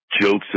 jokes